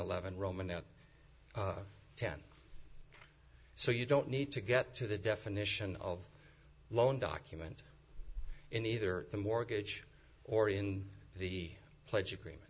eleven roman out of ten so you don't need to get to the definition of loan document in either the mortgage or in the pledge agreement